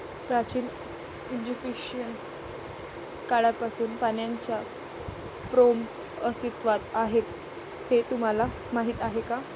प्राचीन इजिप्शियन काळापासून पाण्याच्या फ्रेम्स अस्तित्वात आहेत हे तुम्हाला माहीत आहे का?